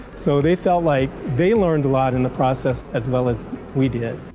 so they felt like they learned a lot in the process as well as we did.